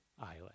Island